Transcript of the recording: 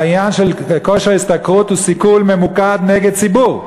העניין של כושר השתכרות הוא סיכול ממוקד נגד ציבור,